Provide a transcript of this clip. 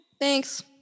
thanks